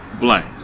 blank